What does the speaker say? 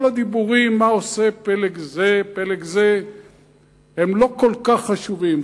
כל הדיבורים מה עושה פלג זה ופלג זה לא כל כך חשובים.